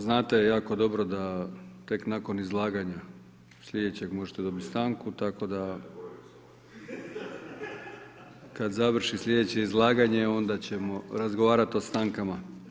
Znate jako dobro da tek nakon izlaganja sljedećeg možete dobiti stanku, tako da kad završi slijedeće izlaganje onda ćemo razgovarati o stankama.